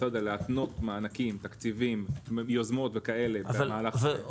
להפנות מענקים תקציביים ויוזמות וכאלה במהלך הדברים,